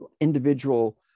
individual